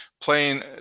playing